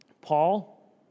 Paul